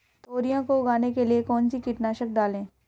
तोरियां को उगाने के लिये कौन सी कीटनाशक डालें?